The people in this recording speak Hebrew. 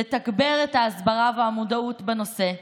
לתגבר את ההסברה והמודעות בנושא,